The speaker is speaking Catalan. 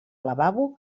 lavabo